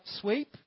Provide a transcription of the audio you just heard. sweep